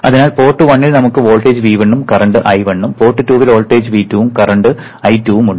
അതിനാൽ പോർട്ട് 1ൽ നമുക്ക് വോൾട്ടേജ് V1 ഉം കറന്റ I1 ഉം പോർട്ട് 2ൽവോൾട്ടേജ് V2 ഉം കറന്റ I2 ഉം ഉണ്ട്